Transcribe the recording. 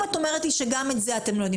אם את אומרת לי שגם את זה אתם לא יודעים